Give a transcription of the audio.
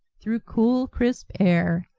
through cool, crisp air,